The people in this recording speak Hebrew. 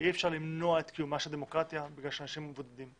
אי אפשר למנוע את קיומה של הדמוקרטיה בגלל שאנשים מבודדים.